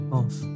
off